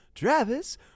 Travis